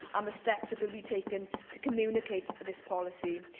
and the steps that will be taken to communicate this policy.